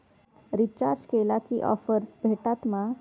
Recharge केला की offers भेटात मा?